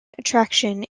attraction